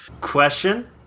Question